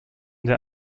der